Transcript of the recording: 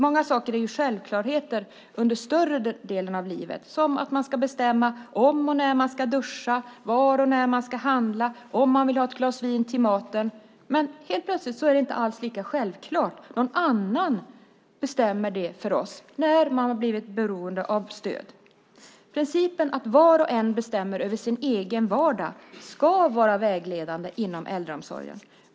Många saker är självklarheter under större delen av livet som att bestämma om eller när man ska duscha, var eller när man ska handla eller om man vill ha ett glas vin till maten. Helt plötsligt är det inte alls lika självklart. Någon annan bestämmer det för oss när vi har blivit beroende av stöd. Principen att var och en bestämmer över sin egen vardag ska vara vägledande inom äldreomsorgen.